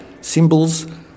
symbols